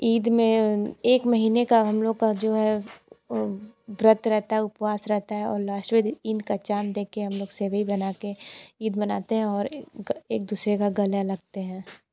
ईद में एक महीनें का हमलोग का जो है व्रत रहता है उपवास रहता है और लास्टवे दिन का चाँद देख कर हमलोग सेवई बना कर ईद मनाते हैं और एक दूसरे का गले लगते हैं